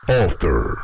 author